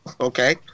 Okay